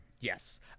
Yes